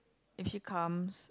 if she comes